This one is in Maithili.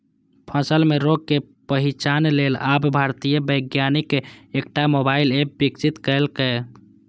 फसल मे रोगक पहिचान लेल आब भारतीय वैज्ञानिक एकटा मोबाइल एप विकसित केलकैए